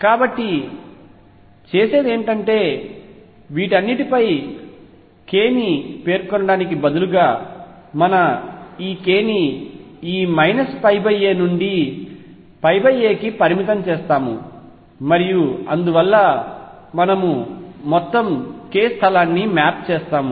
కాబట్టి చేసేది ఏమిటంటే వీటన్నింటిపై k ని పేర్కొనడానికి బదులుగా మన ఈ k ని ఈ మైనస్ a నుండి కి పరిమితం చేస్తాము మరియు అందువల్ల మనము మొత్తం k స్థలాన్ని మ్యాప్ చేస్తాము